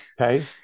okay